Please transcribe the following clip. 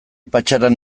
patxaran